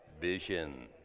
Vision